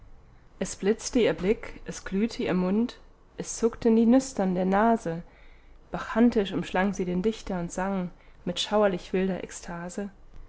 es blitzte ihr blick es glühte ihr mund es zuckten die nüstern der nase bacchantisch umschlang sie den dichter und sang mit schauerlich wilder ekstase